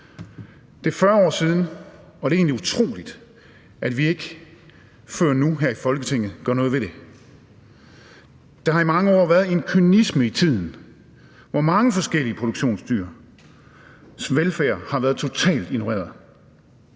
Det er 40 år siden, og det er egentlig utroligt, at vi ikke før nu her i Folketinget gør noget ved det. Der har i mange år været en kynisme i tiden, hvor mange forskellige produktionsdyrs velfærd har været totalt ignoreret.